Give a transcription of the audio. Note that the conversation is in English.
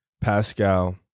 Pascal